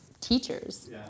teachers